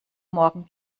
morgen